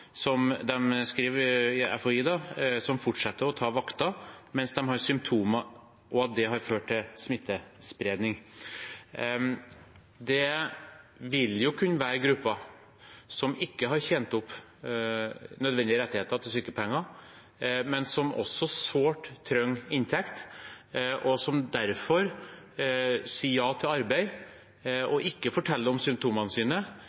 som FHI skriver – fortsetter å ta vakter mens de har symptomer, og at det har ført til smittespredning. Det vil kunne være grupper som ikke har tjent opp nødvendige rettigheter til sykepenger, men som også sårt trenger inntekt, og som derfor sier ja til arbeid og ikke forteller om symptomene sine,